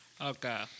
Okay